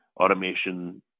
automation